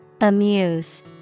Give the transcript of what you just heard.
Amuse